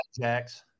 Jax